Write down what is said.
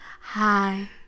Hi